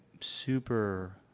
super